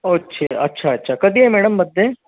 अच्छा अच्छा अच्छा कधी आहे मॅडम बद्दे